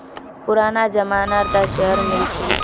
पुराना जमाना त शेयर मिल छील